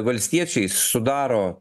valstiečiais sudaro